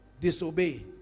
disobey